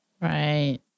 Right